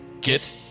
Get